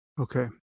Okay